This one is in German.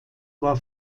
war